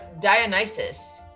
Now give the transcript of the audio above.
Dionysus